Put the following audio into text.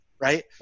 right